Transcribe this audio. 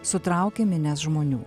sutraukė minias žmonių